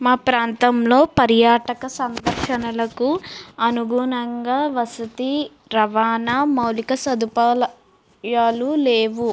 మా ప్రాంతంలో పర్యాటక సంరక్షణలకు అనుగుణంగా వసతి రవాణా మౌలిక సదుపాలయాలు లేవు